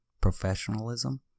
professionalism